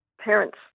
parents